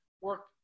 work